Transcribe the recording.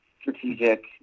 strategic